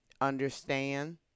understand